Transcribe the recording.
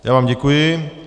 Já vám děkuji.